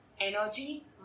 energy